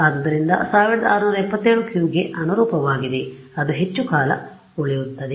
ಆದ್ದರಿಂದ 1677 Q ಗೆ ಅನುರೂಪವಾಗಿದೆ ಅದು ಹೆಚ್ಚು ಕಾಲ ಉಳಿಯುತ್ತದೆ